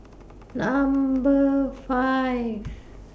Number five